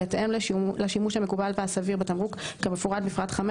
בהתאם לשימוש המקובל והסביר בתמרוק כמפורט בפרט 5